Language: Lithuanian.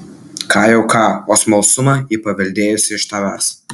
ką jau ką o smalsumą ji paveldėjusi iš tavęs